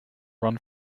run